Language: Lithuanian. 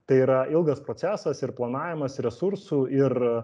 tai yra ilgas procesas ir planavimas resursų ir